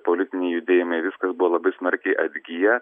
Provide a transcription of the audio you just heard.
politiniai judėjimai viskas buvo labai smarkiai atgiję